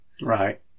Right